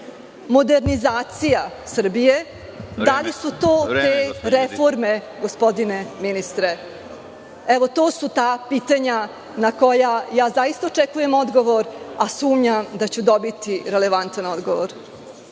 modernizacija Srbije? Da li su to te reforme, gospodine ministre? To su ta pitanja na koja zaista očekujem odgovor, a sumnjam da ću dobiti relevantan odgovor.